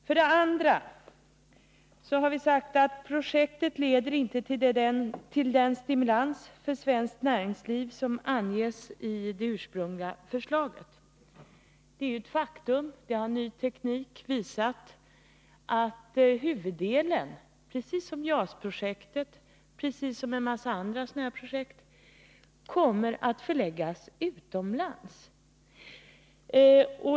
För det andra har vi sagt att projektet inte leder till den stimulans för svenskt näringsliv som anges i det ursprungliga förslaget. Det är ju ett faktum. Ny teknik har visat att huvuddelen — precis som beträffande JAS-projektet och en mängd andra sådana här projekt - kommer att förläggas utomlands.